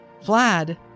Vlad